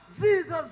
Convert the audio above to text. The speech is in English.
Jesus